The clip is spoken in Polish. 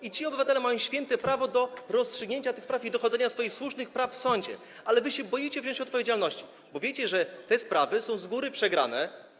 I ci obywatele mają święte prawo do rozstrzygnięcia tych spraw i dochodzenia swoich słusznych praw w sądzie, ale wy się boicie wziąć odpowiedzialność, bo wiecie, że te sprawy są z góry przegrane.